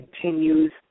continues